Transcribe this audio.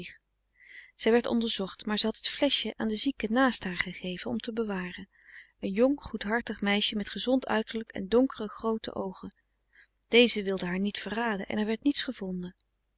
zij werd onderzocht maar ze had het fleschje aan de zieke naast haar gegeven om te bewaren een jong goedhartig meisje met gezond uiterlijk en donkere groote oogen deze wilde haar niet verraden en er werd niets gevonden